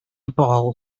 bol